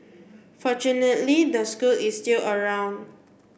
fortunately the school is still around